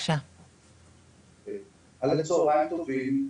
צוהריים טובים,